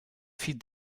feed